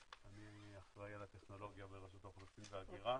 על הטכנולוגיה ברשות האוכלוסין וההגירה.